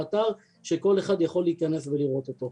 באתר שכל אחד יכול להיכנס ולראות אותו.